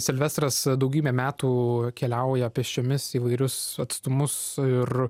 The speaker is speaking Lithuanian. silvestras daugybę metų keliauja pėsčiomis įvairius atstumus ir